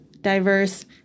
diverse